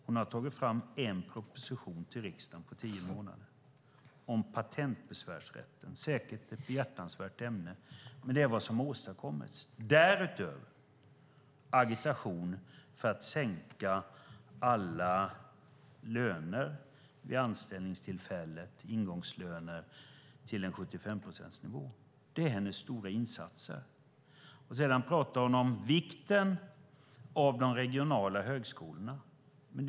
Hon har tagit fram en proposition till riksdagen på tio månader, om patentbesvärsrätten. Det är säkert ett behjärtansvärt ämne, men det är vad som har åstadkommits. Därutöver är det agitation för att sänka alla löner vid anställningstillfället, ingångslönerna, till en 75-procentsnivå. Det är hennes stora insatser. Sedan talar du om vikten av de regionala högskolorna, Annie Lööf.